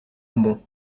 bonbons